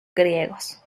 griegos